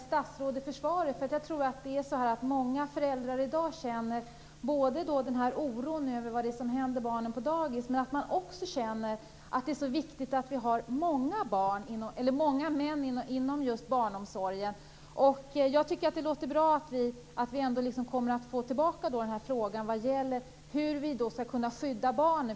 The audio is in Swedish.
Fru talman! Jag vill tacka statsrådet för svaret. Många föräldrar känner i dag en oro över det som händer barnen på dagis. De känner också att det är viktigt med många män inom barnomsorgen. Jag tycker att det låter bra att vi kommer att få tillbaka frågan om hur vi skall kunna skydda barnen.